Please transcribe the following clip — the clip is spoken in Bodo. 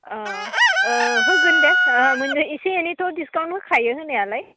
अ अ होगोन दे माने एसे एनैथ' दिसकाउन्ट होखायो होनायालाय